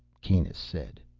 kanus said.